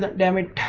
ah damage